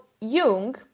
Jung